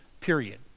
period